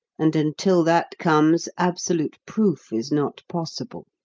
and, until that comes, absolute proof is not possible.